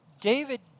David